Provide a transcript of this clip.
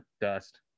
dust